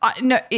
No